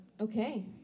Okay